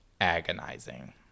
agonizing